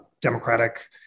democratic